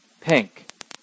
pink